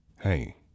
Hey